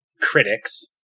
critics